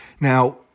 Now